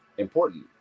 important